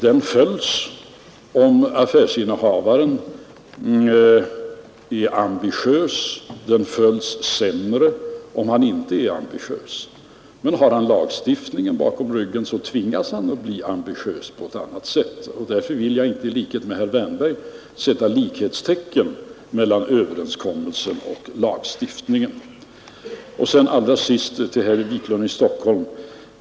Den följs om affärsinnehavaren är ambitiös — den följs sämre om han inte är ambitiös. Men har han lagstiftningen bakom ryggen tvingas han att bli ambitiös på ett annat sätt, och därför vill jag inte på det sätt som herr Wärnberg gör sätta likhetstecken mellan överenskommelsen och lagstiftningen. Allra sist några ord till herr Wiklund i Stockholm.